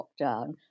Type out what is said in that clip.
lockdown